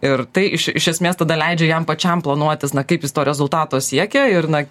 ir tai iš esmės tada leidžia jam pačiam planuotis na kaip jis to rezultato siekia ir na